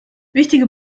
wichtige